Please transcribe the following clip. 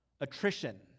attrition